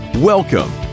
Welcome